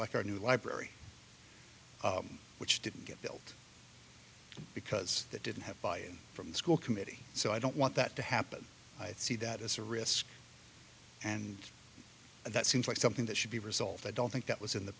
like our new library which didn't get built because that didn't have buy in from the school committee so i don't want that to happen i see that as a risk and that seems like something that should be resolved i don't think that was in the